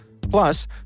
Plus